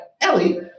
Ellie